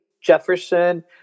Jefferson